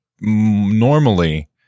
normally